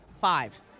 five